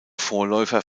vorläufer